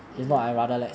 mm